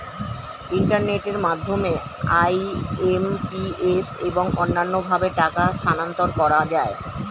ইন্টারনেটের মাধ্যমে আই.এম.পি.এস এবং অন্যান্য ভাবে টাকা স্থানান্তর করা যায়